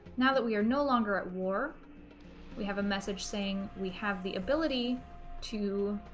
now that we are no longer at war we have a message saying we have the ability to